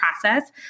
process